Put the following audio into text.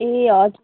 ए हजुर हजुर